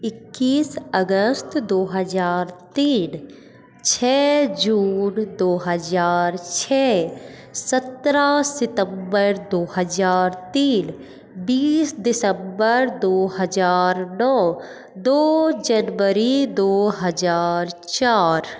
इक्कीस अगस्त दो हज़ार तीन छः जून दो हज़ार छः सत्रह सितम्बर दो हज़ार तीन बीस दिसम्बर दो हज़ार नौ दो जनवरी दो हज़ार चार